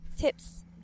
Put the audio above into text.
tips